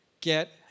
get